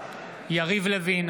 יריב לוין,